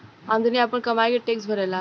आदमी आपन कमाई के टैक्स भरेला